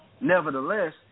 nevertheless